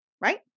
right